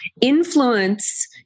Influence